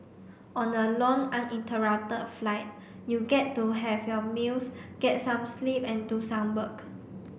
on a long uninterrupted flight you get to have your meals get some sleep and do some work